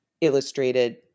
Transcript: illustrated